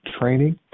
training